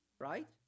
right